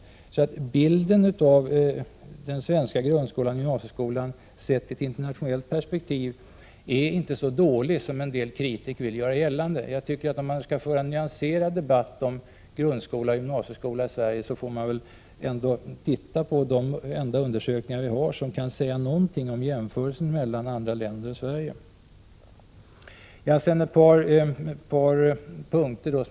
Bilden av den svenska grundskolan och gymnasieskolan är sett i ett internationellt perspektiv inte så dålig som en del kritiker vill göra gällande. Skall man kunna föra en nyanserad debatt om grundskolan och gymnasieskolan i Sverige får man ändå utgå från de enda existerande undersökningarna med jämförelser mellan Sverige och andra länder.